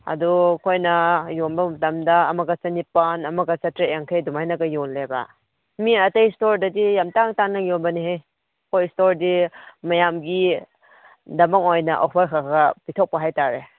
ꯑꯗꯣ ꯑꯩꯈꯣꯏꯅ ꯌꯣꯟꯕ ꯃꯇꯝꯗ ꯑꯃꯒ ꯆꯅꯤꯄꯥꯜ ꯑꯃꯒ ꯆꯥꯇꯔꯦꯠ ꯌꯥꯡꯈꯩ ꯑꯗꯨꯃꯥꯏꯅꯒ ꯌꯣꯜꯂꯦꯕ ꯃꯤ ꯑꯇꯩ ꯁ꯭ꯇꯣꯔꯗꯗꯤ ꯌꯥꯝ ꯇꯥꯡ ꯇꯥꯡꯅ ꯌꯣꯟꯕꯅꯦꯍꯦ ꯑꯩꯈꯣꯏ ꯁ꯭ꯇꯣꯔꯗꯤ ꯃꯌꯥꯝꯒꯤꯗꯃꯛ ꯑꯣꯏꯅ ꯑꯣꯐꯔ ꯈꯔ ꯄꯤꯊꯣꯛꯄ ꯍꯥꯏꯇꯥꯔꯦ